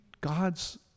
God's